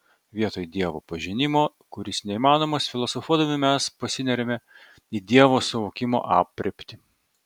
vietoj dievo pažinimo kuris neįmanomas filosofuodami mes pasineriame į dievo suvokimo aprėptį